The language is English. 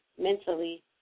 mentally